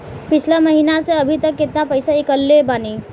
पिछला महीना से अभीतक केतना पैसा ईकलले बानी?